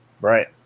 Right